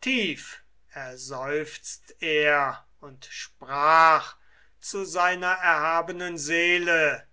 tief erseufzt er und sprach zu seiner erhabenen seele